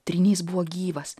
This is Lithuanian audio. trynys buvo gyvas